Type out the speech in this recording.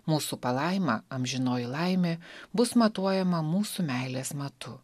mūsų palaima amžinoji laimė bus matuojama mūsų meilės matu